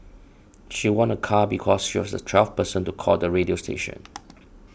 she won a car because she was the twelfth person to call the radio station